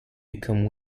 become